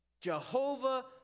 Jehovah